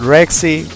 Rexy